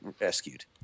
rescued